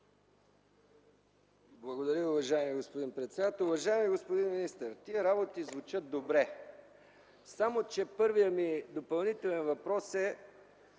Благодаря Ви, уважаеми господин председател. Уважаеми господин министър, тези работи звучат добре, само че първият ми допълнителен въпрос е: